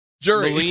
Jury